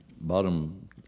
bottom